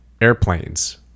airplanes